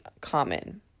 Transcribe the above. common